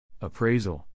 appraisal